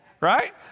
Right